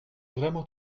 vraiment